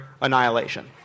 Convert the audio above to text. annihilation